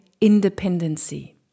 independency